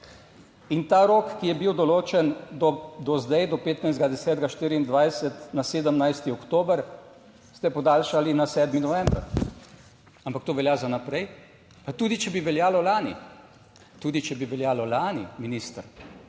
In ta rok, ki je bil določen do zdaj, do 15. 10. 2024 na 17. oktober, ste podaljšali na 7. november, ampak to velja za naprej, pa tudi, če bi veljalo lani, tudi če bi veljalo lani, minister,